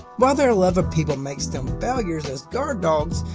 while their love of people makes them failures as guard dogs,